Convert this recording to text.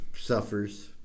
suffers